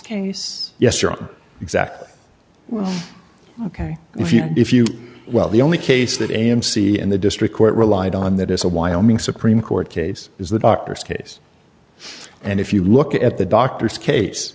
use yes you're exactly ok if you if you well the only case that amc and the district court relied on that as a wyoming supreme court case is the doctors case and if you look at the doctor's case